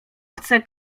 chce